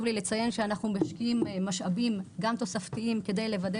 אנו משקיעים משאבים גם תוספתיים כדי לוודא